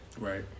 Right